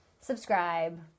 Subscribe